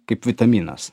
kaip vitaminas